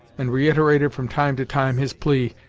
and reiterated from time to time his plea,